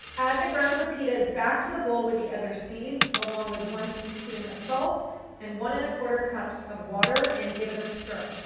add the ground pepitas back to the bowl with the other seeds along with one teaspoon of salt and one and a quarter cups of water and give it a stir.